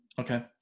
Okay